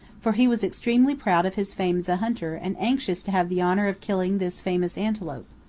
for he was extremely proud of his fame as a hunter and anxious to have the honor of killing this famous antelope,